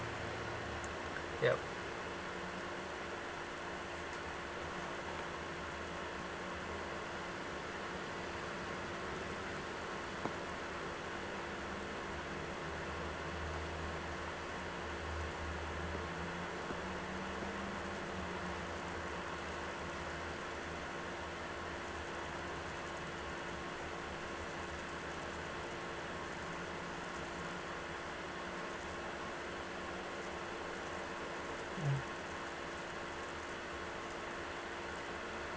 yup mm